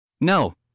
No